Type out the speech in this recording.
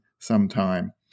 sometime